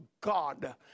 God